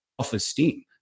self-esteem